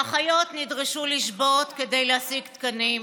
האחיות נדרשו לשבות כדי להשיג תקנים,